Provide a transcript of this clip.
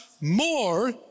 more